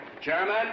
Chairman